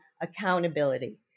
accountability